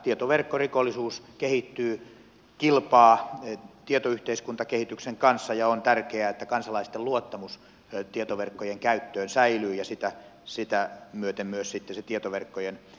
tietoverkkorikollisuus kehittyy kilpaa tietoyhteiskuntakehityksen kanssa ja on tärkeää että kansalaisten luottamus tietoverkkojen käyttöön säilyy ja sitä myöten sitten myös se tietoverkkojen käyttö lisääntyy